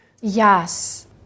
Yes